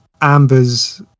Amber's